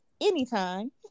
anytime